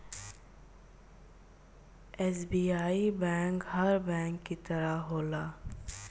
SBI bank हर bank के तरह होला